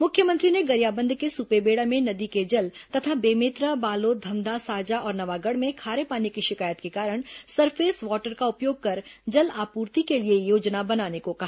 मुख्यमंत्री ने गरियाबंद के सुपेबेड़ा में नदी के जल तथा बेमेतरा बालोद धमधा साजा और नवागढ़ में खारे पानी की शिकायत के कारण सरफेस वाटर का उपयोग कर जल आपूर्ति के लिए योजना बनाने को कहा